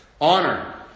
Honor